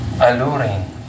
alluring